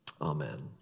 Amen